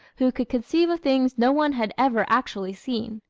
who could conceive of things no one had ever actually seen.